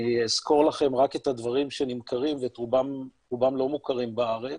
אני אסקור לכם רק את הדברים שנמכרים ורובם לא מוכרים בארץ,